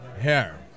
hair